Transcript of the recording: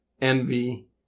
envy